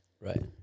Right